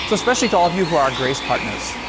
especially to all of you who are grace partners,